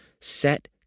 Set